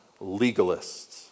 legalists